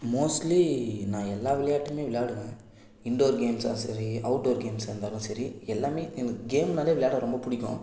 mostly நான் எல்லா விளையாட்டுமே விளையாடுவேன் இன்டோர் கேம்ஸ்ஸாக சரி அவுட்டோர் கேம்ஸ்ஸாக இருந்தாலும் சரி எல்லாமே எனக்கு கேம்னாலே விளையாட ரொம்ப பிடிக்கும்